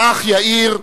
האח יאיר,